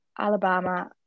Alabama